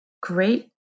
great